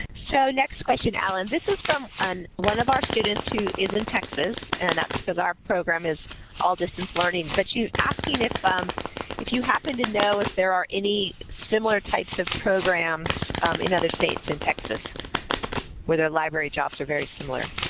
so, next question, allen. this is from um one of our students who is in texas and that's cause our program is all distance learning. but she's asking if you happen to know if there are any similar types of programs in other states in texas where their library jobs are very similar.